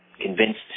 convinced